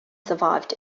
survived